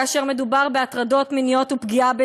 כאשר מדובר בהטרדות מיניות ופגיעה בנשים,